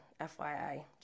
FYI